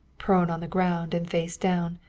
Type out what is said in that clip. prone on the ground and face down,